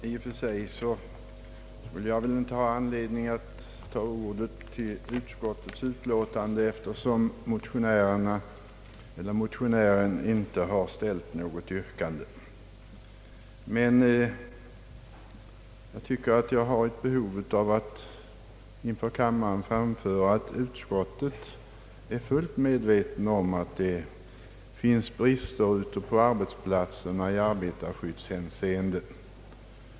I och för sig skulle jag inte ha anledning ta till orda eftersom motionären inte har ställt något yrkande, men jag tycker att jag har ett behov av att inför kammaren framföra att utskottet är fullt medvetet om att det finns brister ute på arbetsplatserna i arbetarskyddshänseende.